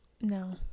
No